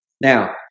Now